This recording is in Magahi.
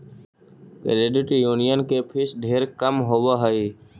क्रेडिट यूनियन के फीस ढेर कम होब हई